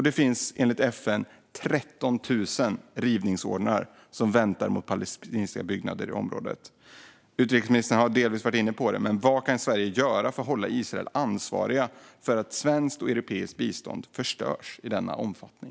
Det finns enligt FN 13 000 rivningsorder som väntar mot palestinska byggnader i området. Utrikesministern har delvis varit inne på det, men vad kan Sverige göra för att hålla Israel ansvarigt för att svenskt och europeiskt bistånd förstörs i denna omfattning?